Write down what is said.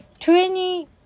twenty